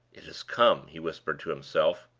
it has come! he whispered to himself.